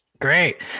Great